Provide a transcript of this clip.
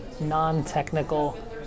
non-technical